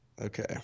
Okay